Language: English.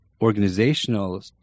organizational